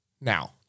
Now